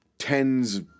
tens